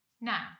Now